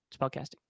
Spellcasting